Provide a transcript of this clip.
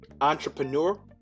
entrepreneur